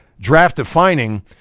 draft-defining